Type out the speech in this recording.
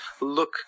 look